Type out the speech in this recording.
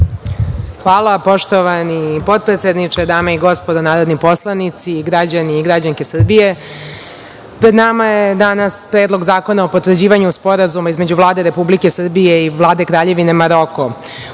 Hvala. Poštovani potpredsedniče, dame i gospodo narodni poslanici, građani i građanke Srbije, pred nama je danas Predlog zakona o potvrđivanju Sporazuma između Vlade Republike Srbije i Vlade Kraljevine Maroko